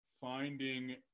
finding